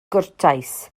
gwrtais